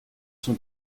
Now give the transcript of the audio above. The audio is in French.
son